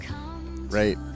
right